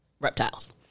reptiles